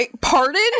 pardon